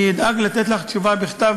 אני אדאג לתת לך תשובה בכתב,